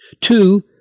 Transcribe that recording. Two